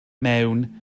mewn